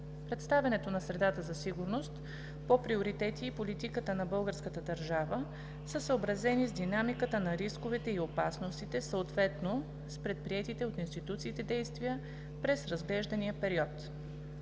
Представянето на средата за сигурност по приоритети и политиката на българската държава са съобразени с динамиката на рисковете и опасностите, съответно с предприетите от институциите действия през разглеждания период.